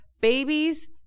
babies